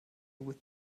with